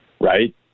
right